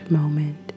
moment